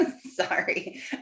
Sorry